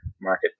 market